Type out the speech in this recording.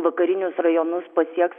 vakarinius rajonus pasieks